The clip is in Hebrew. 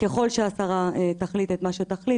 ככל שהשרה תחליט את מה שתחליט,